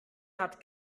hat